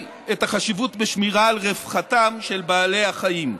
את החשיבות בשמירה על רווחתם של בעלי החיים.